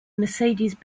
mercedes